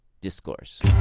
Discourse